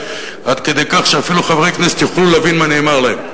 עד כדי כך שאפילו חברי כנסת יוכלו להבין מה נאמר להם.